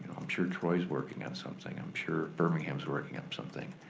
i'm sure troy's working on something, i'm sure birmingham's working on something.